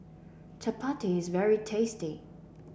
Chappati is very tasty